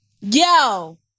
Yo